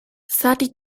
zati